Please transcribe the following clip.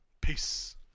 Peace